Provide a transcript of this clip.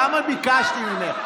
כמה ביקשתי ממך.